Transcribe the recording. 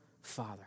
father